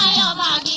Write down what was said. da da